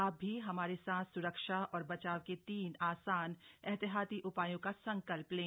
आप भी हमारे साथ स्रक्षा और बचाव के तीन आसान एहतियाती उपायों का संकल्प लें